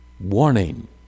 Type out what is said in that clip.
warning